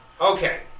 Okay